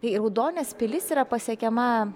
tai raudonės pilis yra pasiekiama